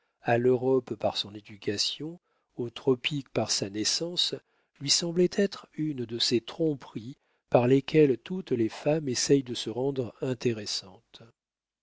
à l'europe par son éducation aux tropiques par sa naissance lui semblait être une de ces tromperies par lesquelles toutes les femmes essaient de se rendre intéressantes